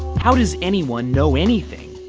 how does anyone know anything?